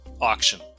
Auction